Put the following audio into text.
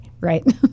right